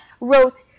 wrote